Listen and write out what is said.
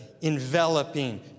enveloping